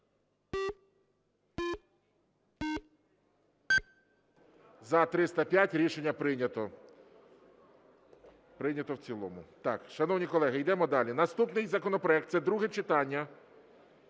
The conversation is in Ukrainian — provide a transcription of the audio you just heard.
За-305 Рішення прийнято. Прийнято в цілому. Шановні колеги, йдемо далі. Наступний законопроект, це друге читання,